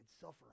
suffer